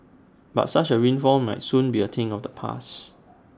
but such A windfall might soon be A thing of the past